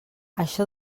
això